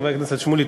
חבר הכנסת שמולי,